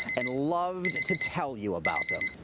and loved to tell you about them